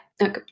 okay